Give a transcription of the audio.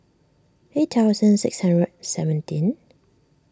eight thousand six hundred seventeen